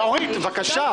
בבקשה.